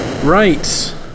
Right